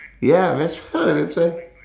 ya